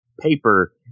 paper